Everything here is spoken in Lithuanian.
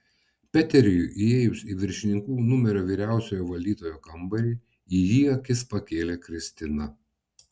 peteriui įėjus į viršininkų numerio vyriausiojo valdytojo kambarį į jį akis pakėlė kristina